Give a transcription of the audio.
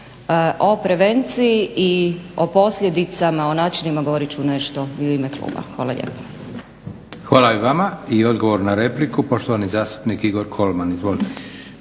O prevenciji i o posljedicama, o načinima govorit ću nešto i u ime kluba. Hvala lijepa. **Leko, Josip (SDP)** Hvala i vama. I odgovor na repliku, poštovani zastupnik Igor Kolman. Izvolite.